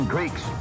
Greeks